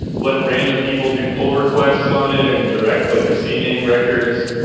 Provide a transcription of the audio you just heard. let random people do pull requests on it and direct like the c name records?